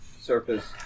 surface